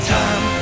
time